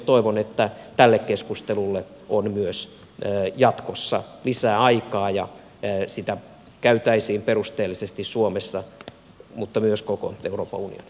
toivon että tälle keskustelulle on myös jatkossa lisää aikaa ja sitä käytäisiin perusteellisesti suomessa mutta myös koko euroopan